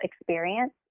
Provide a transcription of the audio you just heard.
experience